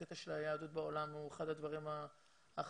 הקטע של היהדות בעולם הוא אחד הדברים החשובים